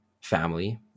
family